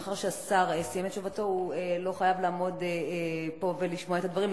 מאחר שהשר סיים את תשובתו הוא לא חייב לעמוד פה ולשמוע את הדברים,